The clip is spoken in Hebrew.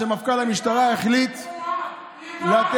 שמפכ"ל המשטרה החליט לתת,